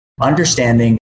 understanding